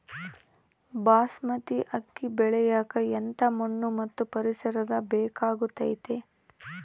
ಬಾಸ್ಮತಿ ಅಕ್ಕಿ ಬೆಳಿಯಕ ಎಂಥ ಮಣ್ಣು ಮತ್ತು ಪರಿಸರದ ಬೇಕಾಗುತೈತೆ?